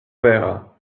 verra